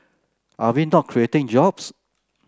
are we not creating jobs